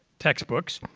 textbooks.